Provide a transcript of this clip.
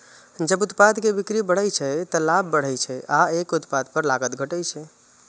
जब उत्पाद के बिक्री बढ़ै छै, ते लाभ बढ़ै छै आ एक उत्पाद पर लागत घटै छै